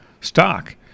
stock